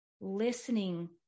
listening